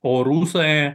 o rusai